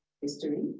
history